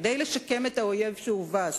כדי לשקם את האויב שהובס,